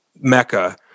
Mecca